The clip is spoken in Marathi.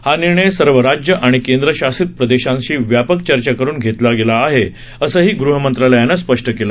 हा निर्णय सर्व राज्य आणि केंद्रशासित प्रदेशांशी व्यापक चर्चा करून घेतला गेला आहे असंही गृह मंत्रालयानं स्पष्ट केलं